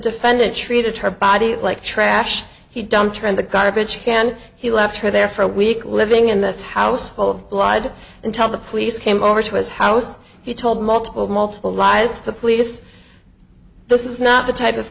defendant treated her body like trash he dumped her in the garbage can he left her there for a week living in this house full of blood and tell the police came over to his house he told multiple multiple lies the police this is not the type of